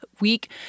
week